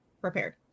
prepared